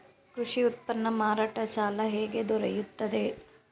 ಕೃಷಿ ಉತ್ಪನ್ನ ಮಾರಾಟ ಸಾಲ ಹೇಗೆ ದೊರೆಯುತ್ತದೆ?